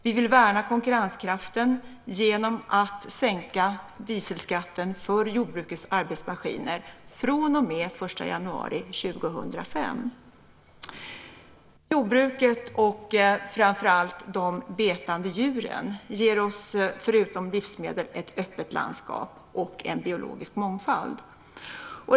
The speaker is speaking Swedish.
Vi vill värna konkurrenskraften genom att sänka dieselskatten för jordbrukets arbetsmaskiner från och med den 1 januari 2005. Jordbruket och framför allt de betande djuren ger oss förutom livsmedel ett öppet landskap och en biologisk mångfald.